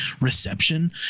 reception